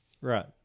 Right